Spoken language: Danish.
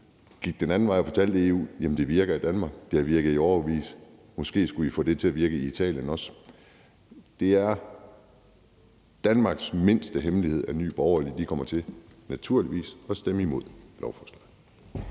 gik den anden vej og fortalte i EU, at det virker i Danmark, at det har virket i årevis; måske skulle I få det til at virke i Italien også. Det er Danmarks mindste hemmelighed, at Nye Borgerlige naturligvis kommer til at stemme imod lovforslaget.